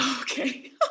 Okay